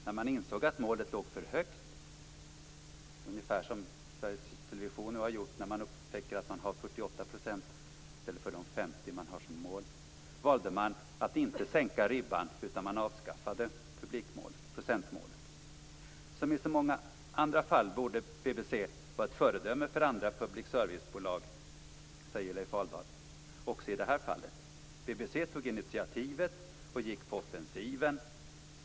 När man insåg att målet låg för högt - ungefär som Sveriges Television nu har gjort när man har upptäckt att man har 48 % i stället för de 50 % man har som mål - valde man att inte sänka ribban utan avskaffade procentmålet. Som i så många andra fall borde BBC vara ett föredöme för andra public service-bolag också i det här fallet. BBC tog initiativet och gick på offensiven.